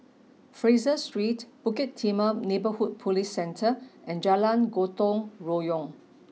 Fraser Street Bukit Timah Neighbourhood Police Centre and Jalan Gotong Royong